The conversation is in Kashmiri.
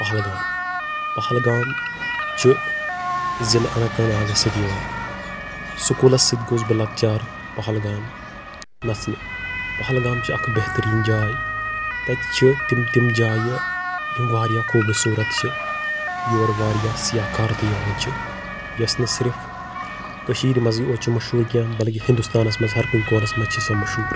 پہلگام پہلگام چھ ضِلہٕ اننت ناگس سۭتۍ یِوان سکوٗلس سۭتۍ گوٚوُس بہٕ لۄکچارٕ پہلگام نژنہِ پہلگام چھ اکھ بہتریٖن جاے تَتہِ چھ تِمہٕ تِمہٕ جایہِ یِم واریاہ خوٗبصوٗرت چھ یور واریاہ سیاح کار تہِ یِوان چھ یۄس نہٕ صِرف کٔشیٖر منٛزٕے یوت چھ مشہوٗر کیٚنٛہہ بٔلۍ کہ ہِنٛدوستانس منٛز ہر کُنہِ کونَس منٛز چھ سۄ مشہوٗر